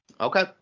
Okay